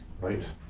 right